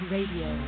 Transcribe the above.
Radio